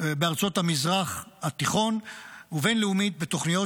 בארצות המזרח התיכון ובין-לאומית בתוכניות